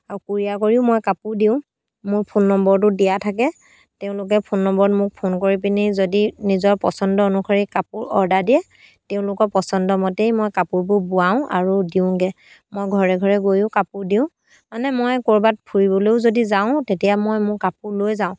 আৰু কুৰিয়াৰ কৰিও মই কাপোৰ দিওঁ মোৰ ফোন নম্বৰটো দিয়া থাকে তেওঁলোকে ফোন নম্বৰত মোক ফোন কৰি পিনি যদি নিজৰ পচন্দ অনুসৰি কাপোৰ অৰ্ডাৰ দিয়ে তেওঁলোকৰ পচন্দমতেই মই কাপোৰবোৰ বোৱাওঁ আৰু দিওঁগৈ মই ঘৰে ঘৰে গৈও কাপোৰ দিওঁ মানে মই ক'ৰবাত ফুৰিবলৈও যদি যাওঁ তেতিয়া মই মোৰ কাপোৰ লৈ যাওঁ